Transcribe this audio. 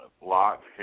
Lot